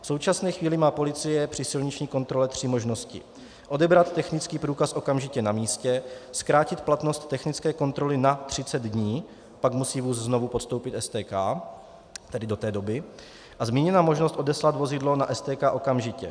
V současné chvíli má policie při silniční kontrole tři možnosti: odebrat technický průkaz okamžitě na místě, zkrátit platnost technické kontroly na 30 dnů, pak musí vůz znovu podstoupit STK, tedy do té doby, a zmíněná možnost odeslat vozidlo na STK okamžitě.